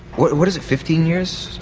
what what is it, fifteen years?